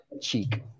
cheek